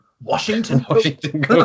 Washington